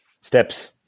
Steps